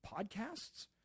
podcasts